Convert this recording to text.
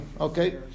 okay